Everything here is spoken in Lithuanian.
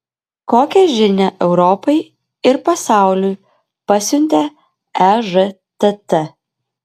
kokią žinią europai ir pasauliui pasiuntė ežtt